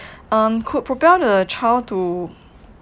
um could propel the child to